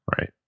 right